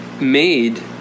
Made